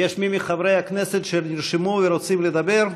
יש מי מחברי הכנסת שנרשמו ורוצים לדבר?